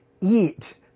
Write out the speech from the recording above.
eat